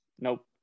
Nope